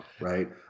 right